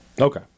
Okay